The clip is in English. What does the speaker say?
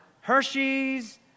Hershey's